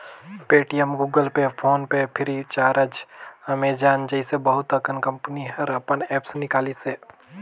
Paytm, Google Pay, PhonePe Freecharge, Amazon जइसे बहुत अकन कंपनी हर अपन ऐप्स निकालिसे